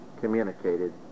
communicated